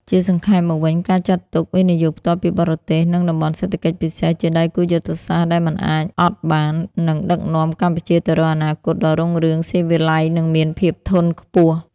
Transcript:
ជាសង្ខេបមកវិញ ការចាត់ទុក វិនិយោគផ្ទាល់ពីបរទេស និង តំបន់សេដ្ឋកិច្ចពិសេស ជាដៃគូយុទ្ធសាស្ត្រដែលមិនអាចអត់បាន នឹងដឹកនាំកម្ពុជាទៅរកអនាគតដ៏រុងរឿង ស៊ីវិល័យ និងមានភាពធន់ខ្ពស់។